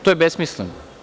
To je besmisleno.